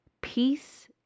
Peace